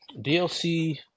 DLC